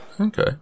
Okay